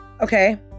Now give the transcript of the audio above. Okay